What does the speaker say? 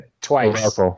Twice